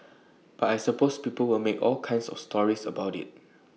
but I suppose people will make all kinds of stories about IT